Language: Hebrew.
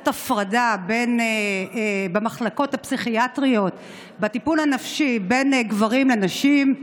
הפרדה במחלקות הפסיכיאטריות בטיפול הנפשי בין גברים לנשים.